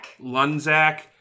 Lunzak